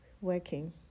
working